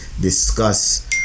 discuss